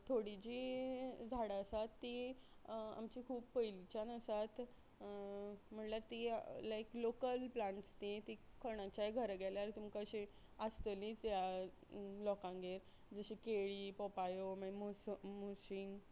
थोडी जी झाडां आसात ती आमची खूब पयलींच्यान आसात म्हणल्यार ती लायक लोकल प्लांट्स ती ती कोणाच्या घरां गेल्यार तुमकां अशी आसतलीच ह्या लोकांगेर जशी केळी पोपायो मागीर मेस्बं मोसींग